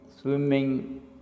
swimming